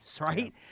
right